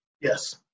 Yes